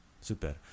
Super